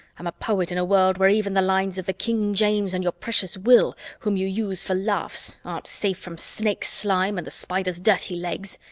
i'm a poet in a world where even the lines of the king james and your precious will whom you use for laughs aren't safe from snakes' slime and the spiders' dirty legs.